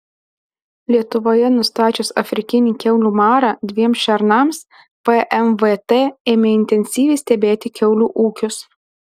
lietuvoje nustačius afrikinį kiaulių marą dviem šernams vmvt ėmė intensyviai stebėti kiaulių ūkius